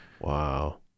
Wow